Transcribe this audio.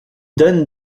donnent